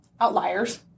outliers